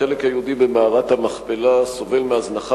החלק היהודי במערת המכפלה סובל מהזנחה